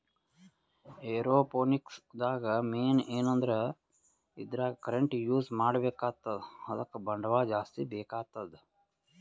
aeroponics ದಾಗ್ main ಏನಂದ್ರ ಇದ್ರಾಗ್ ಕರೆಂಟ್ ಯೂಸ್ ಮಾಡ್ಬೇಕ್ ಆತದ್ ಅದಕ್ಕ್ ಬಂಡವಾಳ್ ಜಾಸ್ತಿ ಬೇಕಾತದ್